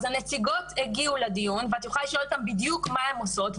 אז הנציגות הגיעו לדיון ואת יכולה לשאול אותן בדיוק מה הן עושות.